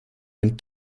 ein